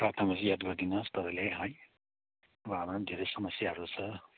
प्रार्थनामा याद गरिदिनुहोस् तपाईँले है अब हाम्रो नि धेरै समस्याहरू छ